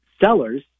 Sellers